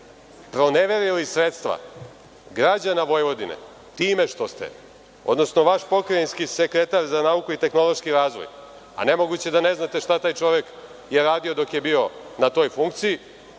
proneverili sredstva građana Vojvodine time što ste, odnosno vaš pokrajinski sekretar za nauku i tehnološki razvoj, a nemoguće da ne znate šta je taj čovek radio dok je bio na toj funkciji,